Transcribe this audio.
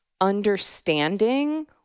understanding